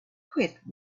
quit